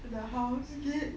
the house gate